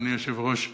אדוני היושב-ראש: